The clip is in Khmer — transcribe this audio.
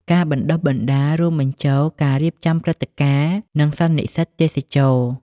ការបណ្តុះបណ្តាលរួមបញ្ចូលការរៀបចំព្រឹត្តិការណ៍ និងសន្និសិទទេសចរណ៍។